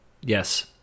yes